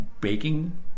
baking